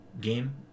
game